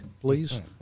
please